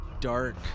dark